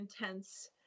intense